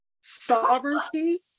sovereignty